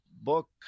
book